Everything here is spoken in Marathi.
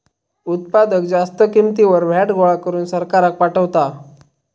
उत्पादक जास्त किंमतीवर व्हॅट गोळा करून सरकाराक पाठवता